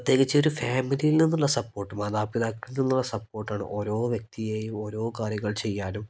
പ്രത്യേകിച്ച് ഒരു ഫാമിലിയിൽ നിന്നുള്ള സപ്പോർട്ട് മാതാപിതാക്കളിൽനിന്നുള്ള സപ്പോർട്ടാണ് ഓരോ വ്യക്തിയെയും ഓരോ കാര്യങ്ങൾ ചെയ്യാനും